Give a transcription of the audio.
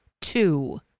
two